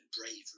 bravery